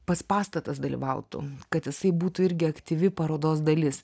pats pastatas dalyvautų kad jisai būtų irgi aktyvi parodos dalis